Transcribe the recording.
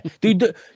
Dude